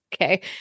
okay